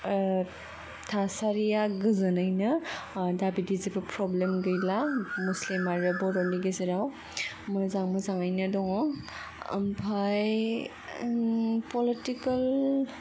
थासारिआ गोजोनै नो दा बिदि जेबो प्र'ब्लेम गैला मुस्लिम आरो बर'नि गेजेराव मोजां मोजाङैनो दङ ओमफ्राय प'लिटिकेल